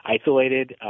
isolated